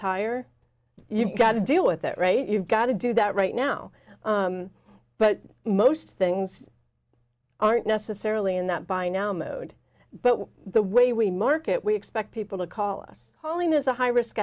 tire you've got to deal with that right you've got to do that right now but most things aren't necessarily in that by now mode but the way we market we expect people to call us calling is a high risk